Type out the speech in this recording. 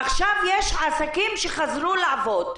עכשיו יש עסקים שחזרו לעבוד,